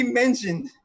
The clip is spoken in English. mentioned